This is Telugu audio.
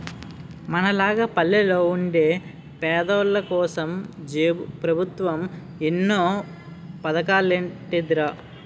మనలాగ పల్లెల్లో వుండే పేదోల్లకోసం పెబుత్వం ఎన్నో పదకాలెట్టీందిరా